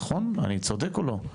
אני צודק או לא?